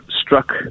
struck